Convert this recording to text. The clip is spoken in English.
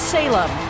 Salem